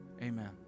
Amen